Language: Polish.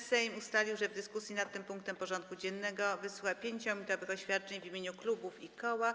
Sejm ustalił, że w dyskusji nad tym punktem porządku dziennego wysłucha 5-minutowych oświadczeń w imieniu klubów i koła.